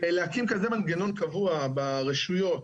להקים כזה מנגנון קבוע ברשויות,